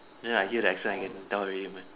then I hear the accent I can tell already man